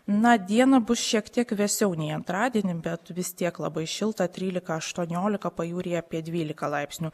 na dieną bus šiek tiek vėsiau nei antradienį bet vis tiek labai šilta trylika aštuoniolika pajūryje apie dvyliką laipsnių